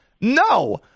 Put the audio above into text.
No